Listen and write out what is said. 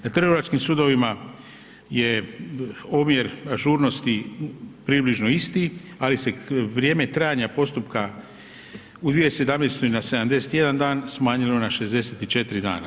Na trgovačkim sudovima je omjer žurnosti približno isti, ali se vrijeme trajanja postupka u 2017. na 71 dan smanjilo na 64 dana.